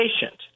patient